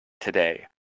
today